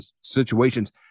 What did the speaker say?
situations